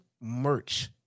merch